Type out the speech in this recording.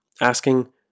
Asking